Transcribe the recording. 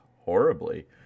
horribly